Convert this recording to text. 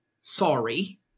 sorry